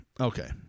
Okay